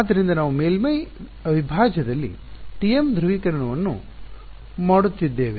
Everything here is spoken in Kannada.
ಆದ್ದರಿಂದ ನಾವು ಮೇಲ್ಮೈ ವಿಭಾಜ್ಯದಲ್ಲಿ TM ಧ್ರುವೀಕರಣವನ್ನು ಮಾಡುತ್ತಿದ್ದೇವೆ